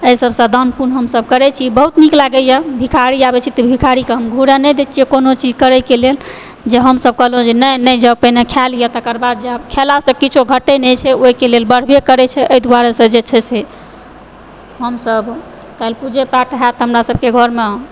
एहि सबसँ दान पुण हमसब करै छी बहुत नीक लागैया भिखारी आबै छै भिखारीके हम घुरऽ नहि दै छियै कोनो चीज करऽ के लेल जे हमसब कहलहुॅं जे नहि नहि जाउ पहिने खाए लियऽ तकर बाद जाएब खयलासँ किछो घटै नहि छै ओहिके लेल बढ़बे करै छै एहि दुआरे जे छै से हमसब काल्हि पूजे पाठ होयत हमरा सबके घरमे